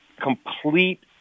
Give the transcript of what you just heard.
complete